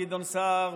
גדעון סער,